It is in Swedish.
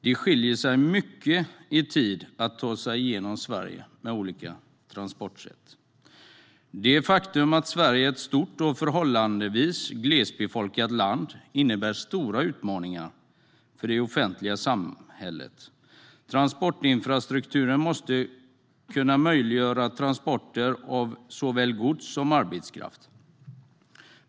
Det skiljer sig mycket i tid att ta sig genom Sverige med olika transportsätt. Det faktum att Sverige är ett stort och förhållandevis glesbefolkat land innebär stora utmaningar för det offentliga samhället. Transportinfrastrukturen måste kunna möjliggöra transporter av såväl gods som arbetskraft.